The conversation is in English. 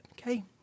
okay